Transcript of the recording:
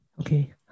Okay